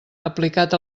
aplicat